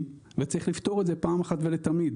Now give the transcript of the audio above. וצריך לפתור את זה פעם אחת ולתמיד,